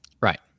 Right